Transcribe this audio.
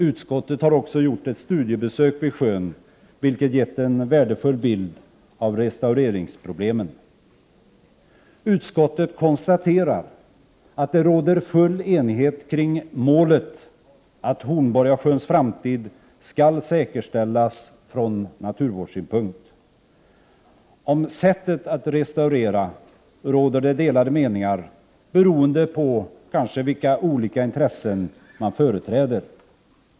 Utskottet har också gjort ett studiebesök vid sjön, vilket gett en värdefull bild av restaureringsproblemen. Utskottet konstaterar att det råder full enighet om målet: att Hornborgasjöns framtid skall säkerställas från naturvårdssynpunkt. Om sättet att restaurera råder det delade meningar, kanske beroende på vilka intressen man företräder.